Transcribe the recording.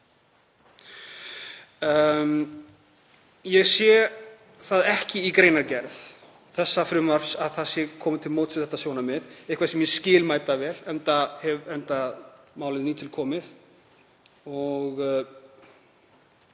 Ég sé ekki að í greinargerð þessa frumvarps sé komið til móts við þetta sjónarmið, eitthvað sem ég skil mætavel, enda málið nýtilkomið og